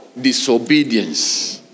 Disobedience